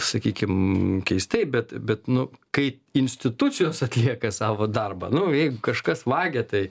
sakykim keistai bet bet bet nu kai institucijos atlieka savo darbą nu jeigu kažkas vagia tai